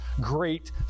great